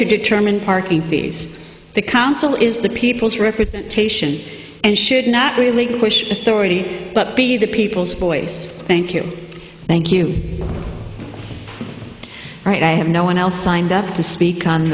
to determine parking fees the council is the people's representation and should not really push the story but be the people's voice thank you thank you right i have no one else signed up to speak on